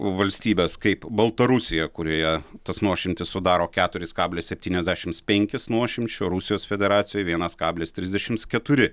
valstybės kaip baltarusija kurioje tas nuošimtis sudaro keturis kablis septyniasdešimts penkis nuošimčio rusijos federacijoj vienas kablis trisdešimts keturi